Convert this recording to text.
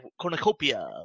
cornucopia